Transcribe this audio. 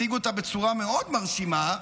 הציג אותה בצורה מאוד מרשימה,